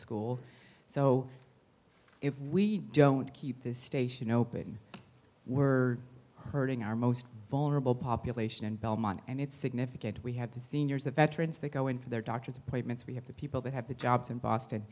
school so if we don't keep this we're hurting our most vulnerable population in belmont and it's significant we had the seniors the veterans that go in for their doctor's appointments we have the people that have the jobs in boston